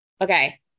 Okay